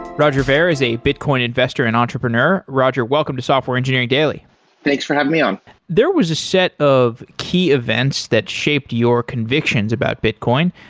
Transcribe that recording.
roger ver is a bitcoin investor and entrepreneur. roger, welcome to software engineering daily thanks for having me on there was a set of key events that shaped your convictions about bitcoin.